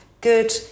good